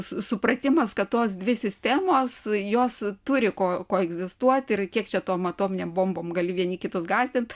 su supratimas kad tos dvi sistemos jos turi koegzistuoti ir kiek čia tom atominėm bombom gali vieni kitus gąsdint